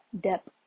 depth